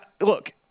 look